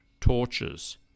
torches